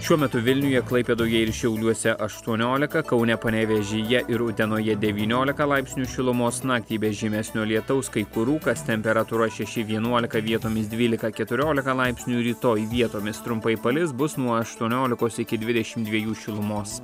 šiuo metu vilniuje klaipėdoje ir šiauliuose aštuoniolika kaune panevėžyje ir utenoje devyniolika laipsnių šilumos naktį be žymesnio lietaus kai kur rūkas temperatūra šeši vienuolika vietomis dvylika keturiolika laipsnių rytoj vietomis trumpai palis bus nuo aštuoniolikos iki dvidešim dviejų šilumos